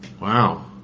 Wow